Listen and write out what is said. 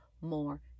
more